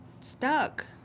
stuck